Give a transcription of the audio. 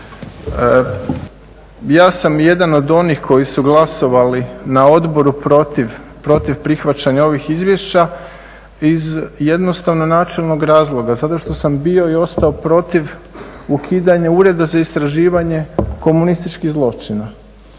Ja sam jedan od onih koji su glasovali na odboru protiv prihvaćanja ovih izvješća iz jednostavno načelnog razloga. Zato što sam bio i ostao protiv ukidanja Ureda za istraživanje komunističkih zločina